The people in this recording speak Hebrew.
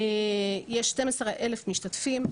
יש 12,000 משתתפים.